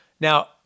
now